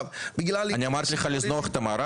בגלל --- אני אמרתי לך לזנוח את המערב?